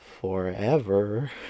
forever